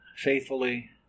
Faithfully